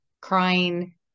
crying